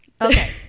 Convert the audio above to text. Okay